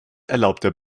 erlaubte